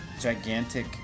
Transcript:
gigantic